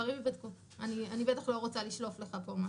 הדברים ייבדקו, אני בטח לא רוצה לשלוף לך פה משהו.